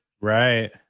right